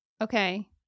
Okay